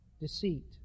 Deceit